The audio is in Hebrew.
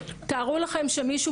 ומשרד החינוך,